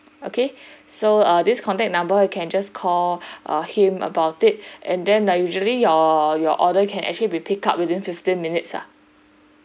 okay so err this contact number you can just call him about it and then like usually your your order can actually be picked up within fifteen minutes ah